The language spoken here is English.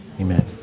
Amen